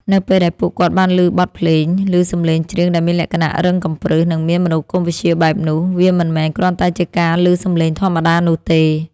នៅពេលដែលពួកគាត់បានឮបទភ្លេង ឬសម្លេងច្រៀងដែលមានលក្ខណៈរឹងកំព្រឹស និងមានមនោគមវិជ្ជាបែបនោះ វាមិនមែនគ្រាន់តែជាការឮសម្លេងធម្មតានោះទេ។